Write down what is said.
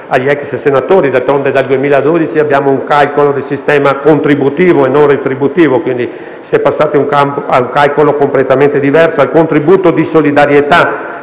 agli ex senatori, d'altronde dal 2012 abbiamo un calcolo basato sul sistema contributivo e non retributivo, quindi si è passati a un calcolo completamente diverso. Il contributo di solidarietà,